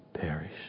perish